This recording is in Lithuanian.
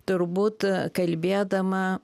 turbūt kalbėdama